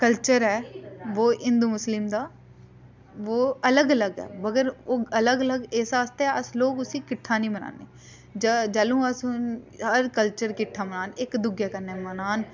culture ऐ बो हिंदू मुस्लिम दा वो अलग अलग ऐ मगर ओह् अलग अलग इस आस्तै अस लोक उसी किट्ठा नी मनाने जैह्लू अस हर कल्चर किट्ठा मनाने इक दूए कन्नै मनान